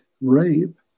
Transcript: rape